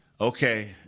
Okay